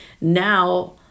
Now